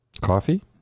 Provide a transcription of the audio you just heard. coffee